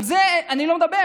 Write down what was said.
לא על זה אני מדבר,